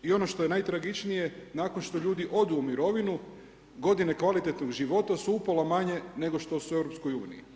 I ono što je najtragičnije nakon što ljudi odu u mirovinu, godine kvalitetnog su upola manje nego što su u EU.